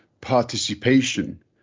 participation